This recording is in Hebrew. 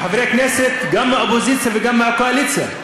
מחברי כנסת גם מהאופוזיציה וגם מהקואליציה.